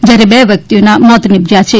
જયારે બે વ્યકિતઓના મોત નિપજયા છે